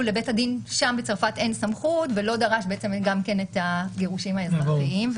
לבית הדין בצרפת אין סמכות ולא דרש גם כן את הגירושין האזרחיים.